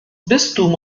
bistum